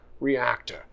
reactor